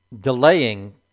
delaying